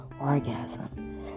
orgasm